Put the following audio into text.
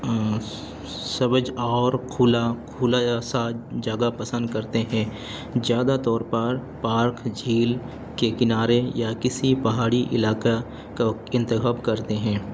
سبز اور کھلا کھلا یا سا جگہ پسند کرتے ہیں زیادہ طور پر پارک جھیل کے کنارے یا کسی پہاڑی علاقہ کا انتخاب کرتے ہیں